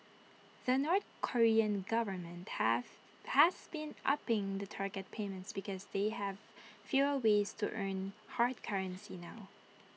the north Korean government have has been upping the target payments because they have fewer ways to earn hard currency now